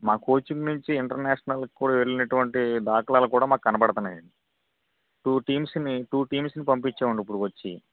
మా కోచింగ్ నుంచి ఇంటర్నేషనల్ కూడా వెళ్లినటువంటి దాఖలాలు కూడా మాకు కనపడుతున్నాయి అండి టు టీమ్స్ ని టు టీమ్స్ ని పంపించాం అండి ఇప్పటికివచ్చి